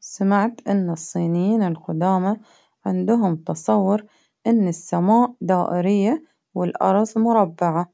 سمعت إن الصينيين القدامى عندهم تصور إن السماء دائرية والأرظ مربعة،